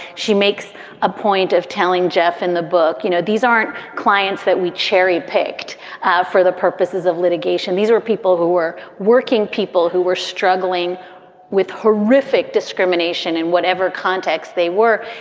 she makes a point of telling jeff in the book, you know, these aren't clients that we cherry picked for the purposes of litigation. these were people who were working, people who were struggling with horrific discrimination in whatever context they were.